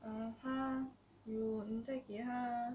(uh huh) you 你再给他